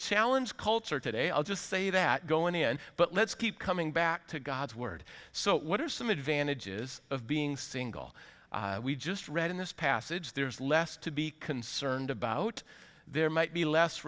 challenge culture today i'll just say that going in but let's keep coming back to god's word so what are some advantages of being single we just read in this passage there is less to be concerned about there might be less